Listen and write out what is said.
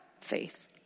Faith